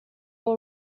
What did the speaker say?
will